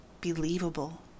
Believable